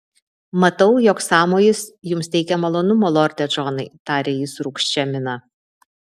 matau jog sąmojis jums teikia malonumo lorde džonai tarė jis rūgščia mina